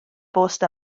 bost